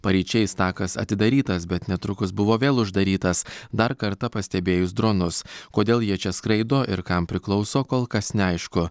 paryčiais takas atidarytas bet netrukus buvo vėl uždarytas dar kartą pastebėjus dronus kodėl jie čia skraido ir kam priklauso kol kas neaišku